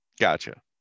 Gotcha